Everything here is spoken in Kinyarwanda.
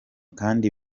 kandi